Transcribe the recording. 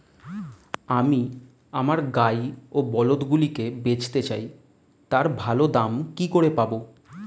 আমি আমার গাই ও বলদগুলিকে বেঁচতে চাই, তার ভালো দাম কি করে পাবো?